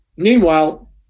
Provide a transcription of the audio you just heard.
Meanwhile